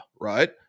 right